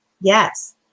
Yes